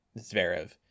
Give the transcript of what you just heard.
zverev